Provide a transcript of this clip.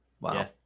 wow